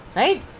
right